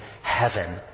heaven